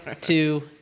two